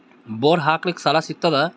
Bore ಹಾಕಲಿಕ್ಕ ಸಾಲ ಸಿಗತದ?